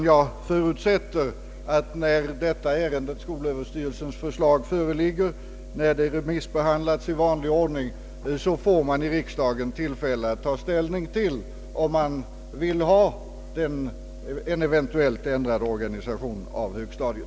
Jag förutsätter att när skolöverstyrelsens förslag föreligger och när det remissbehandlas i vanlig ordning får man i riksdagen tillfälle att ta ställning om man eventuellt vill ha en ändrad organisation av högstadiet.